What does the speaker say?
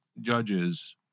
judges